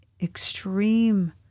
extreme